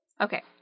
Okay